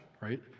right